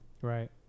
Right